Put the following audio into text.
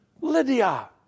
Lydia